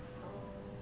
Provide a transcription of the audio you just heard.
orh